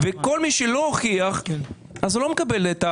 כל מי שלא הוכיח לא מקבל.